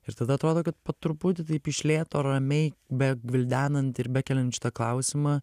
ir tada atrodo kad po truputį taip iš lėto ramiai begvildenant ir bekeliant šitą klausimą